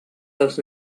dels